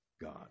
God